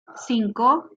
cinco